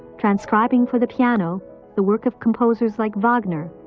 transcribing for the piano the work of composers like wagner,